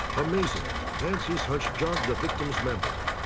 amazingly, nancy's hunch jogged the victim's memory.